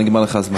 נגמר לך הזמן.